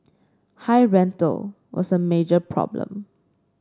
high rental was a major problem